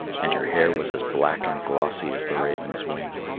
and her hair was as black and glossy as the raven's wing.